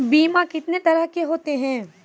बीमा कितने तरह के होते हैं?